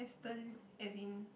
hasten as in